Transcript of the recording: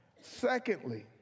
Secondly